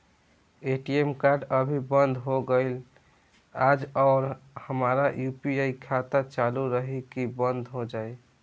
ATM card अभी बंद हो गईल आज और हमार यू.पी.आई खाता चालू रही की बन्द हो जाई?